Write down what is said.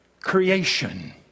creation